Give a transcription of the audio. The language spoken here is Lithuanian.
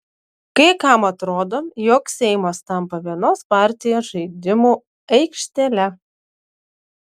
kai kam atrodo jog seimas tampa vienos partijos žaidimų aikštele